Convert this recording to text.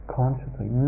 consciously